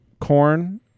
corn